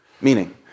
Meaning